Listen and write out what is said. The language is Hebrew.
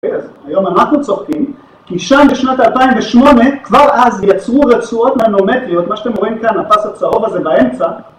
היום אנחנו צוחקים, כי שם בשנת 2008 כבר אז יצרו רצועות ננומטריות, מה שאתם רואים כאן, הפס הצהוב הזה באמצע